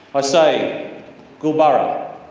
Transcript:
ah say gulburra,